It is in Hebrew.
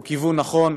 הוא כיוון נכון,